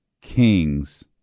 Kings